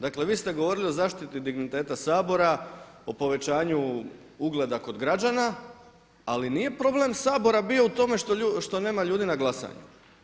Dakle, vi ste govorili o zaštiti digniteta Sabora, o povećanju ugleda kod građana ali nije problem Sabora bio u tome što nema ljudi na glasanju.